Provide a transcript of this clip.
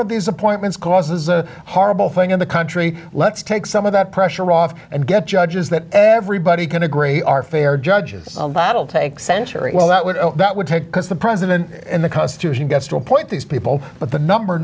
of these appointments causes a horrible thing in the country let's take some of that pressure off and get judges that everybody can agree are fair judges battle take centuries well that would that would take because the president in the constitution gets to appoint these people but the number